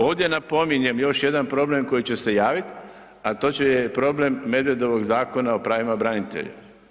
Ovdje napominjem još jedan problem koji će se javit, a to je problem Medvedovog zakona o pravima branitelja.